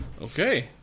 okay